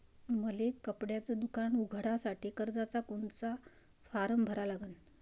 मले कपड्याच दुकान उघडासाठी कर्जाचा कोनचा फारम भरा लागन?